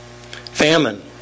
Famine